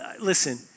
listen